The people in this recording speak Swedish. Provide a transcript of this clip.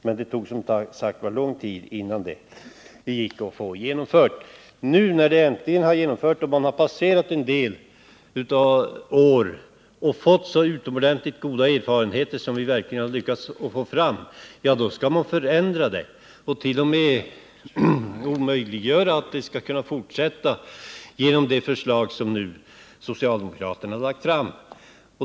Men, som sagt, det tog lång tid innan det gick att få det genomfört. Nu när förslaget äntligen blivit genomfört och när vi under en del år har fått så utomordentligt goda erfarenheter, ja, då vill socialdemokraterna med sina förslag omöjliggöra en fortsättning.